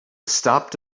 stopped